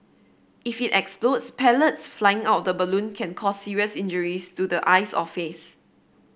if it explodes pellets flying out of the balloon can cause serious injuries to the eyes or face